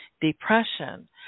depression